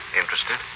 interested